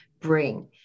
Bring